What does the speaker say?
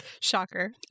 Shocker